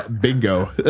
bingo